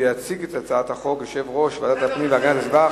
יציג את הצעת החוק יושב-ראש ועדת הפנים והגנת הסביבה,